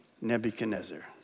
Nebuchadnezzar